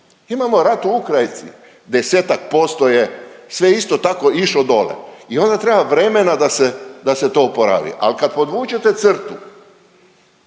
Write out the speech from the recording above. Imamo rat u Ukrajini, 10-ak posto je sve isto tako išlo dole i onda treba vremena da se to oporavi. Ali kad podvučete crtu